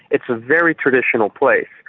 it's a very traditional place.